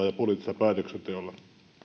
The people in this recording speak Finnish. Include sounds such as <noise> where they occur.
<unintelligible> ja poliittisella päätöksenteolla voidaan vaikuttaa